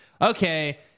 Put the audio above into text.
okay